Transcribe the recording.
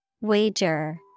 Wager